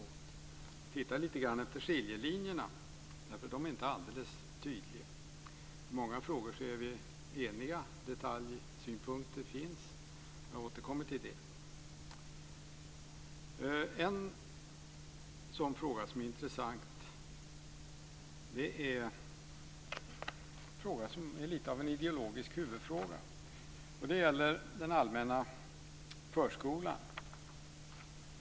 Jag har tittat lite grann efter skiljelinjerna, eftersom de inte är alldeles tydliga. I många frågor är vi eniga. Detaljsynpunkter finns. Jag återkommer till detta. En sådan fråga som är intressant är en fråga som är lite av en ideologisk huvudfråga. Den gäller den allmänna förskolan.